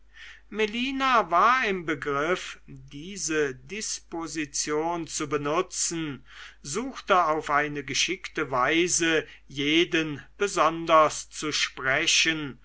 melina war im begriff diese disposition zu benutzen suchte auf eine geschickte weise jeden besonders zu sprechen